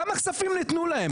כמה כספים ניתנו להם?